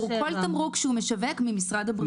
כל תמרוק שהוא משווק ממשרד הבריאות.